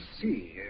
see